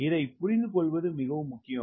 இதை புரிந்துகொள்வது மிகவும் முக்கியம்